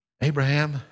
Abraham